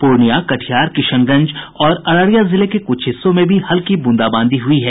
पूर्णियां कटिहार किशनगंज और अररिया जिले के कुछ हिस्सों में भी हल्की बूंदाबांदी हुई है